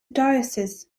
diocese